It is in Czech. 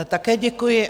Také děkuji.